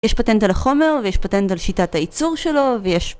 יש פטנט על החומר, ויש פטנט על שיטת הייצור שלו, ויש...